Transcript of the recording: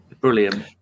Brilliant